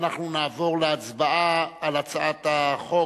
ואנחנו נעבור להצבעה על הצעת החוק,